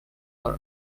for